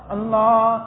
Allah